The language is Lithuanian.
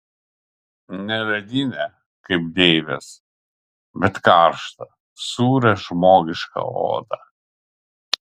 ne ledinę kaip deivės bet karštą sūrią žmogišką odą